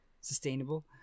sustainable